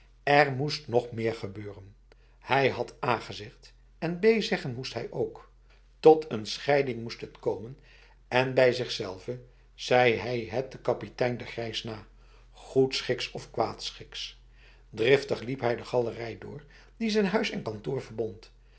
er moest nog meer gebeuren hij had a gezegd en b zeggen moest hij ook tot een scheiding moest het komen en bij zichzelve zei hij het de kapitein de grijs na goedschiks of kwaadschiks driftig liep hij de galerij door die zijn huis en kantoor verbond